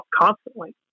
constantly